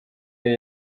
yari